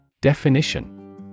Definition